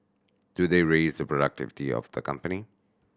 do they raise the productivity of the company